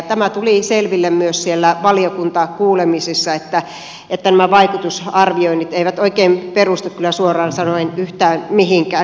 tämä tuli selville myös siellä valiokuntakuulemisissa että nämä vaikutusarvioinnit eivät oikein perustu kyllä suoraan sanoen yhtään mihinkään